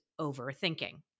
overthinking